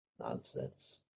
Nonsense